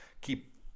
keep